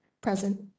Present